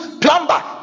plumber